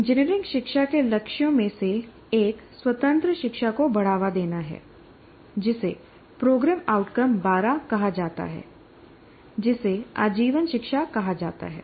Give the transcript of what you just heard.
engineering शिक्षा के लक्ष्यों में से एक स्वतंत्र शिक्षा को बढ़ावा देना है जिसे प्रोग्राम आउटकम 12 कहा जाता है जिसे आजीवन शिक्षा कहा जाता है